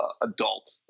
adult